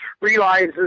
realizes